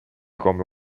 come